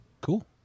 Cool